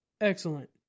Excellent